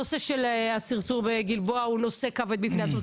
הנושא של סרסור בכלא גלבוע הוא נושא כבד והוא עומד בפני עצמו,